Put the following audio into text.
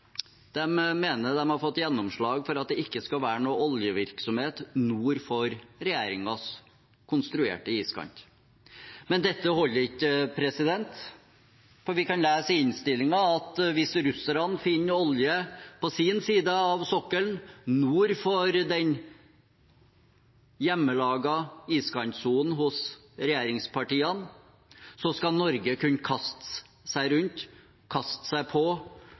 mener de har fått gjennomslag for at det ikke skal være noe oljevirksomhet nord for regjeringens konstruerte iskant. Men dette holder ikke, for vi kan lese i innstillingen at hvis russerne finner olje på sin side av sokkelen, nord for den hjemmelagde iskantsonen til regjeringspartiene, skal Norge kunne kaste seg rundt, kaste seg på